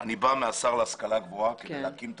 אני בא מהשר להשכלה גבוהה כדי להקים את